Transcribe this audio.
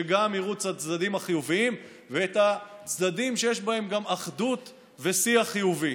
גם יראו את הצדדים החיוביים ואת הצדדים שיש בהם גם אחדות ושיח חיובי.